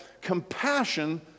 compassion